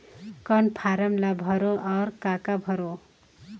कौन फारम ला भरो और काका भरो?